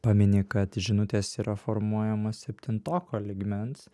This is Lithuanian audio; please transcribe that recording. pamini kad žinutės yra formuojamos septintoko lygmens